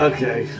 Okay